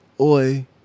Oi